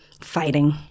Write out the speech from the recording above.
fighting